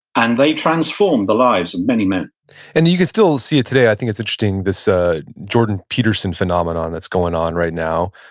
and they transformed the lives of many men and you can still see it today. i think it's interesting, this ah jordan peterson phenomenon that's going on right now.